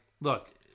look